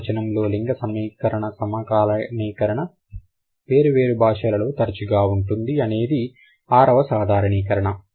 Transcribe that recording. బహువచనములో లింగ సమీకరణ సమకాలీకరణ వేరువేరు భాషలలో తరుచుగా ఉంటుంది అనేది ఆరవ సాధారణీకరణ